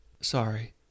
Sorry